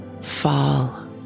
fall